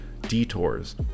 detours